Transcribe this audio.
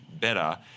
better